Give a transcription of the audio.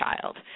child